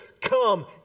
come